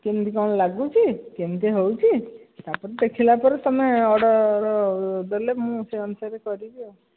କେମିତି କ'ଣ ଲାଗୁଛି କେମିତି ହେଉଛି ତା'ପରେ ଦେଖିଲା ପରେ ତୁମେ ଅର୍ଡ଼ର୍ ଦେଲେ ମୁଁ ସେହି ଅନୁସାରେ କରିବି ଆଉ